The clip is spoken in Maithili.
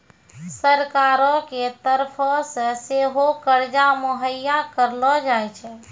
सरकारो के तरफो से सेहो कर्जा मुहैय्या करलो जाय छै